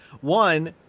One